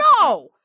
No